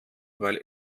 weil